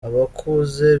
abakuze